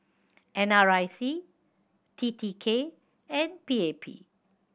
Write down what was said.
N R I C T T K and P A P